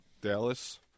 Dallas